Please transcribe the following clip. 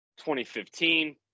2015